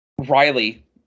Riley –